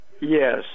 Yes